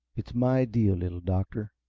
it's my deal, little doctor.